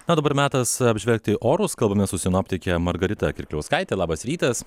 na o dabar metas apžvelgti orus kalbame su sinoptike margarita kirkliauskaite labas rytas